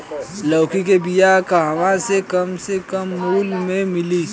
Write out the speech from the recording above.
लौकी के बिया कहवा से कम से कम मूल्य मे मिली?